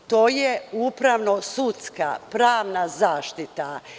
To je upravno sudska pravna zaštita.